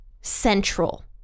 central